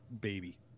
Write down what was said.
baby